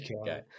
okay